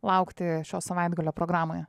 laukti šio savaitgalio programoje